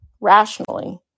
rationally